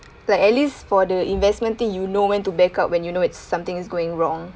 like at least for the investment thing you know when to back out when you know it's something is going wrong